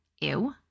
Ew